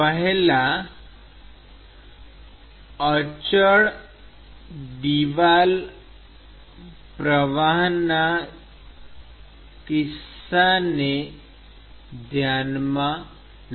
પેહલા અચળ દિવાલ પ્રવાહના કિસ્સાને ધ્યાનમાં લો